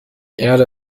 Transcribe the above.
erde